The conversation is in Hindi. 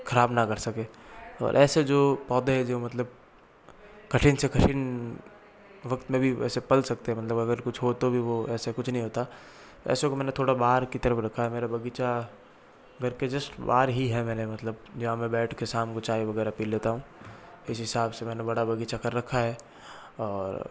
खराब ना कर सकें और ऐसे जो पौधें हैं जो मतलब कठिन से कठिन वक्त में भी ऐसे पल सकते हैं मतलब अगर कुछ हो तो भी वो ऐसे कुछ नहीं होता ऐसे को मैंने थोड़ा बाहर की तरफ रखा है मेरा बगीचा घर के जस्ट बाहर ही है मैंने मतलब जहाँ मैं बैठ के शाम को चाय वगैरह पी लेता हूँ इस हिसाब से मैंने बड़ा बगीचा कर रखा है और